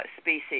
species